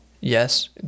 Yes